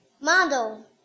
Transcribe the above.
model